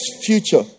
future